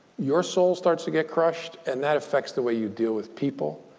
your soul starts to get crushed. and that affects the way you deal with people.